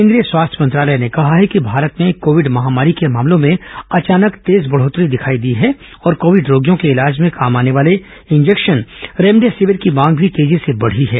केंद्रीय स्वास्थ्य मंत्रालय ने कहा है कि भारत में कोविड महामारी के मामलों में अचानक तेज बढोतरी दिखाई दी है और कोविड रोगियों के इलाज में काम आने वाले इंजेक्शन रेमडेसिविर की मांग भी बड़ी तेजी से बढ़ी है